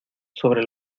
sobre